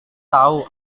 tahu